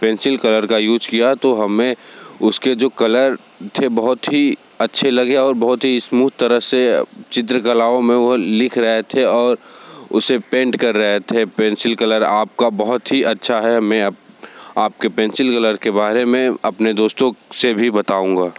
pencil colour का use किया तो हमें उसके जो कलर थे बहुत ही अच्छे लगे और बहुत ही स्मूथ तरह से चित्रकलाओं में वह लिख रहे थे और उसे पेन्ट कर रहे थे पेंसिल कलर आपका बहुत ही अच्छा है मैं अप आपके पेंसिल कलर के बारे में अपने दोस्तों से भी बताऊंगा